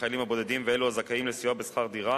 החיילים הבודדים ואלו הזכאים לסיוע בשכר דירה